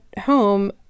home